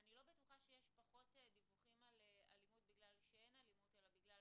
אני לא בטוחה שיש פחות דיווחים על אלימות בגלל שאין אלימות אלא בגלל